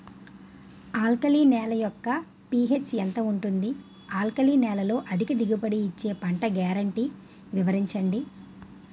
Alkali నేల యెక్క pH ఎంత ఉంటుంది? ఆల్కలి నేలలో అధిక దిగుబడి ఇచ్చే పంట గ్యారంటీ వివరించండి?